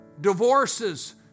divorces